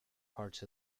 parts